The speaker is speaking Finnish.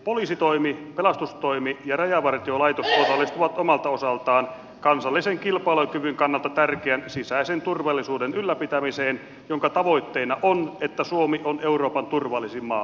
poliisitoimi pelastustoimi ja rajavartiolaitos osallistuvat omalta osaltaan kansallisen kilpailukyvyn kannalta tärkeän sisäisen turvallisuuden ylläpitämiseen jonka tavoitteena on että suomi on euroopan turvallisin maa